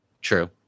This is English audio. True